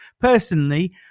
personally